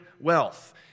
wealth